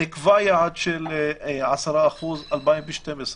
נקבע יעד של 10% ב-2012.